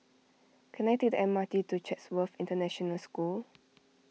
can I take the M R T to Chatsworth International School